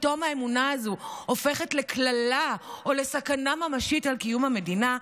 פתאום האמונה הזו הופכת לקללה או לסכנה ממשית על קיום המדינה.